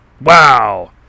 Wow